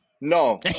No